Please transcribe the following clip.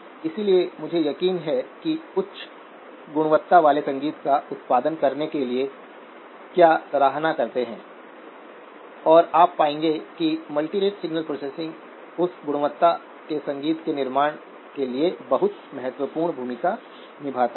इसलिए मुझे यकीन है कि आप उच्च गुणवत्ता वाले संगीत का उत्पादन करने के लिए क्या सराहना करते हैं और आप पाएंगे कि मल्टीरेट सिग्नल प्रोसेसिंग उस गुणवत्ता के संगीत के निर्माण में बहुत महत्वपूर्ण भूमिका निभाता है